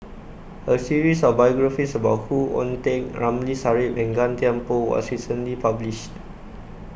A series of biographies about Khoo Oon Teik Ramli Sarip and Gan Thiam Poh was recently published